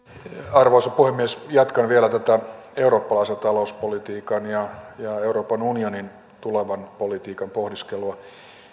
arvoisa puhemies jatkan vielä eurooppalaisen talouspolitiikan ja euroopan unionin tulevan politiikan pohdiskelua